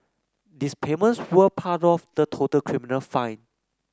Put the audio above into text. these payments were part of the total criminal fine